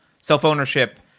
Self-ownership